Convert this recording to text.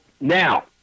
Now